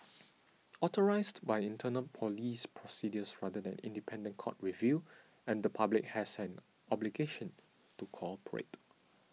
authorised by internal police procedures rather than independent court review and the public has an obligation to cooperate